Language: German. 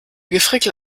gefrickel